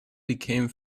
became